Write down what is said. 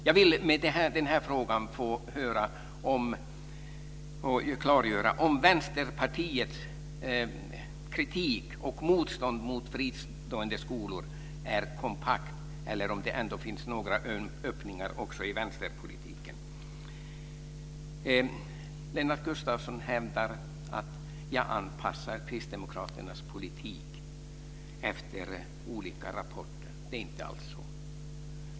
Jag vill med detta få klargjort om Vänsterpartiets kritik och motstånd mot fristående skolor är kompakt eller om det finns några öppningar också i vänsterpolitiken. Lennart Gustavsson hävdar att jag anpassar kristdemokraternas politik efter olika rapporter. Det är inte alls så.